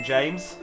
James